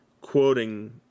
quoting